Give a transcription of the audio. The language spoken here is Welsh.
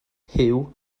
huw